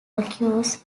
occurs